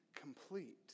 Complete